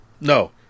No